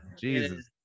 jesus